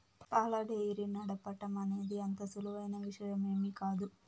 పాల డెయిరీ నడపటం అనేది అంత సులువైన విషయమేమీ కాదు